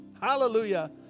Hallelujah